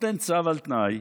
נותן צו על תנאי